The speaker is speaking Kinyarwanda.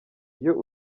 iyo